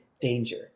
danger